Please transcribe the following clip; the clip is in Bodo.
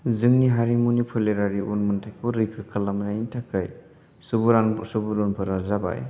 जोंनि हारिमुनि फोलेरारि उनमोन्थाइखौ रैखा खालामनायनि थाखाय सुबुरुनफोरा जाबाय